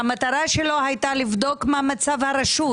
שהמטרה שלו הייתה לבדוק מה מצב הרשות,